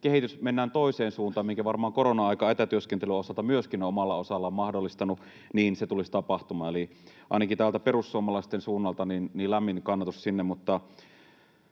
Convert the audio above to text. kehitys menee toiseen suuntaan — minkä varmaan korona-aika etätyöskentelyn osalta myöskin omalta osaltaan on mahdollistanut — tulisi tapahtumaan. Eli ainakin täältä perussuomalaisten suunnalta lämmin kannatus sinne,